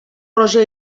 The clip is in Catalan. roja